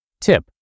Tip